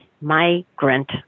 migrant